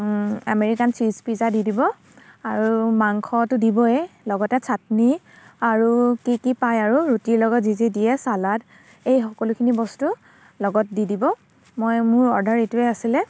American cheese pizza দি দিব আৰু মাংসটো দিবয়ে লগতে চাটনি আৰু কি কি পায় আৰু ৰুটিৰ লগত যি যি দিয়ে চালাড এই সকলোখিনি বস্তু লগত দি দিব মই মোৰ অৰ্ডাৰটো এইটোৱে আছিলে